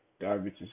diabetes